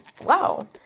wow